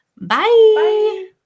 Bye